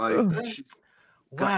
Wow